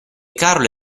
carlo